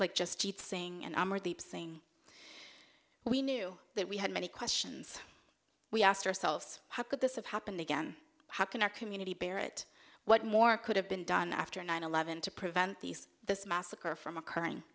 like just saying and saying we knew that we had many questions we asked ourselves how could this have happened again how can our community barrett what more could have been done after nine eleven to prevent these this massacre from occurring